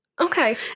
Okay